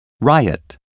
riot